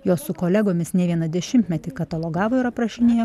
jos su kolegomis ne vieną dešimtmetį katalogavo ir aprašinėjo